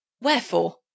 Wherefore